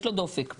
יש לו דופק בערך.